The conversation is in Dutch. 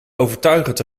overtuigend